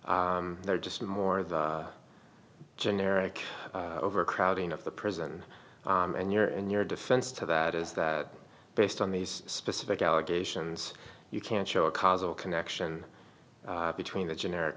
they're just more of the generic overcrowding of the prison and your in your defense to that is that based on these specific allegations you can't show a cause or connection between the generic